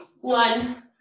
one